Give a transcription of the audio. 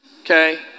Okay